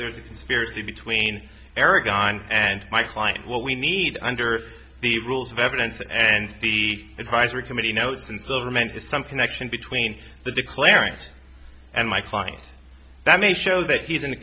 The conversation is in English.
there's a conspiracy between arrogant and my client what we need under the rules of evidence and the advisory committee notes and so remain to some connection between the declarant and my client that may show that he's in